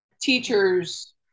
teachers